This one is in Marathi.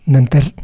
नंतर